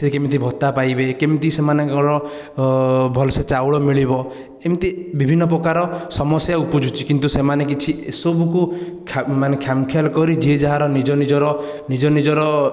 ସେ କେମିତି ଭତ୍ତା ପାଇବେ କେମିତି ସେମାନଙ୍କର ଭଲ ସେ ଚାଉଳ ମିଳିବ ଏମିତି ବିଭିନ୍ନ ପ୍ରକାରର ସମସ୍ୟା ଉପୁଜୁଛି କିନ୍ତୁ ସେମାନେ କିଛି ଏସବୁକୁ ମାନେ ଖାମାଖିଆଲି କରି ଯିଏ ଯାହାର ନିଜ ନିଜର ନିଜ ନିଜର